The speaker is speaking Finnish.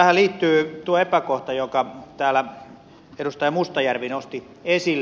tähän liittyy tuo epäkohta jonka täällä edustaja mustajärvi nosti esille